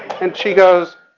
and she goes,